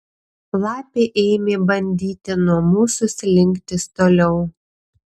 lapė ėmė bandyti nuo mūsų slinktis toliau